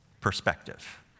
perspective